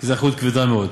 כי זו אחריות כבדה מאוד.